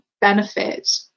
benefit